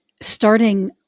starting